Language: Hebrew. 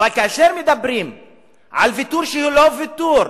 אבל כאשר מדברים על ויתור שהוא לא ויתור,